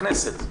בכנסת.